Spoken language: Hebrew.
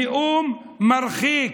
נאום מרחיק,